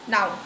Now